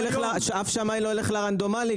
אף שמאי לא ילך לרנדומלי,